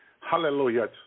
hallelujah